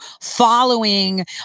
following